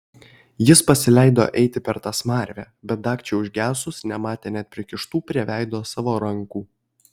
jis pasileido eiti per tą smarvę bet dagčiai užgesus nematė net prikištų prie veido savo rankų